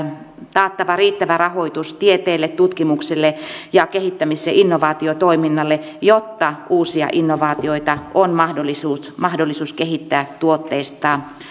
taattava riittävä rahoitus tieteelle tutkimukselle ja kehittämis ja innovaatiotoiminnalle jotta uusia innovaatioita on mahdollisuus mahdollisuus kehittää tuotteistaa